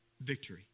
victory